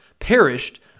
perished